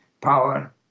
power